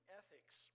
ethics